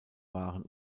waren